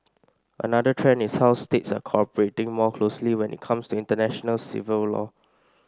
another trend is how states are cooperating more closely when it comes to international civil law